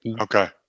okay